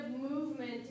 movement